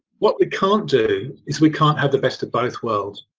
what we can't do is we can't have the best of both worlds.